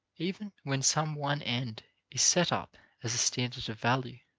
even when some one end is set up as a standard of value,